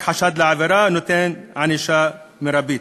רק חשד לעבירה נותן ענישה מרבית.